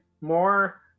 more